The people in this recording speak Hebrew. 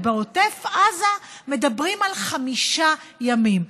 ובעוטף עזה מדברים על חמישה ימים.